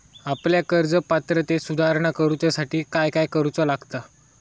आपल्या कर्ज पात्रतेत सुधारणा करुच्यासाठी काय काय करूचा लागता?